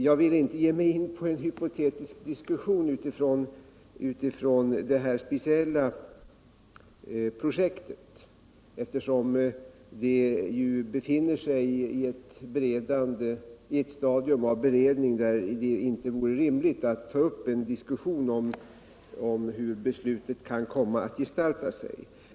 Jag vill inte ge mig in på en hypotetisk diskussion utifrån det här speciella projektet, eftersom det befinner sig på ett stadium av beredning, där det inte vore rimligt att ta upp en diskussion om hur beslutet kan komma att gestalta sig.